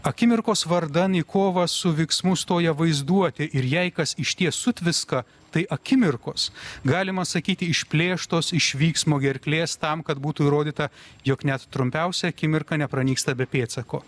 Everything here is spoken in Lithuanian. akimirkos vardan į kovą su vyksmu stoja vaizduotė ir jei kas išties sutviska tai akimirkos galima sakyti išplėštos iš vyksmo gerklės tam kad būtų įrodyta jog net trumpiausia akimirka nepranyksta be pėdsako